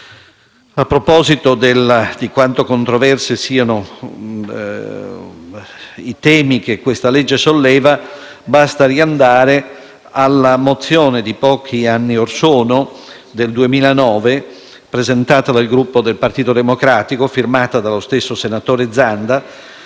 A proposito di quanto controversi siano i temi che questa legge solleva, basta riandare alla mozione di pochi anni orsono, del 2009, presentata dal Gruppo del Partito Democratico e firmata dallo stesso senatore Zanda,